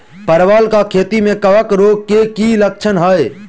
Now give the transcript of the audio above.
परवल केँ खेती मे कवक रोग केँ की लक्षण हाय?